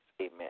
Amen